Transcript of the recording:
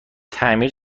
تعمیر